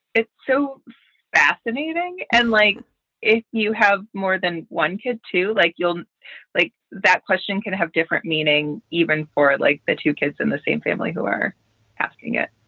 it's so fascinating. and like if you have more than one kid to like, you'll like that question can have different meaning, even for the two kids in the same family who are asking it